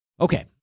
Okay